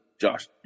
Josh